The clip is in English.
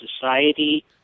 society